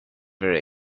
very